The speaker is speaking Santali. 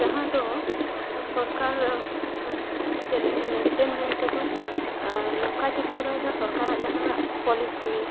ᱡᱟᱦᱟᱸ ᱫᱚ ᱥᱚᱨᱠᱟᱨ ᱦᱚᱸ ᱪᱮᱱᱮᱞ ᱢᱮᱱᱴᱮᱱ ᱢᱮᱱᱛᱮ ᱫᱚ ᱱᱚᱝᱠᱟᱭ ᱴᱤᱠᱟᱹᱣ ᱫᱚᱦᱚᱭᱮᱫᱟ ᱥᱚᱨᱠᱟᱨᱟᱜ ᱡᱟᱦᱟᱸᱱᱟᱜ ᱯᱳᱞᱤᱥᱤ